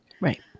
Right